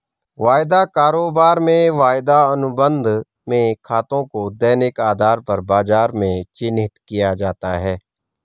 वायदा कारोबार में वायदा अनुबंध में खातों को दैनिक आधार पर बाजार में चिन्हित किया जाता है